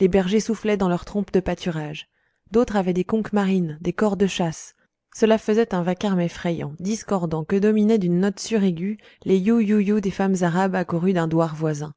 les bergers soufflaient dans leurs trompes de pâturage d'autres avaient des conques marines des cors de chasse cela faisait un vacarme effrayant discordant que dominaient d'une note suraiguë les you you you des femmes arabes accourues d'un douar voisin